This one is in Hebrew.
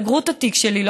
סגרו את התיק שלי,